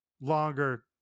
longer